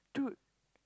dude